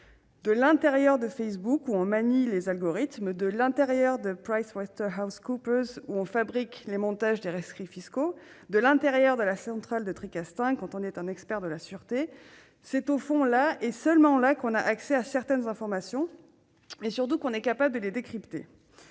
à l'intérieur de Facebook, où l'on manie les algorithmes, à l'intérieur de PricewaterhouseCoopers (PwC) où l'on fabrique les montages des rescrits fiscaux, à l'intérieur de la centrale de Tricastin quand on est un expert de la sûreté, là et seulement là que l'on accède à certaines informations, mais surtout que l'on est capable de les décrypter.